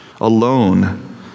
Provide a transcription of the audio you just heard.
alone